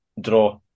draw